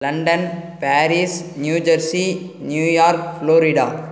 London Paris New Jersey New York Florida